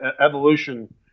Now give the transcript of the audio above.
evolution